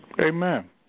Amen